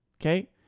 Okay